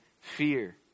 fear